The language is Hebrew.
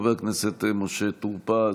חבר הכנסת משה טור פז,